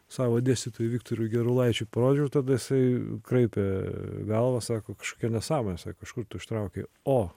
savo dėstytojui viktorui gerulaičiui parodžiau tada jisai kraipė galvą sako kažkokia nesąmonė sako iš kur tu ištraukei o